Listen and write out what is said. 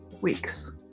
weeks